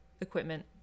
equipment